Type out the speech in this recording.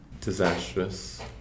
Disastrous